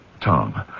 Tom